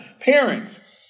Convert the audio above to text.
Parents